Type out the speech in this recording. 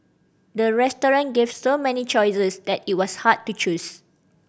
the restaurant gave so many choices that it was hard to choose